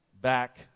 back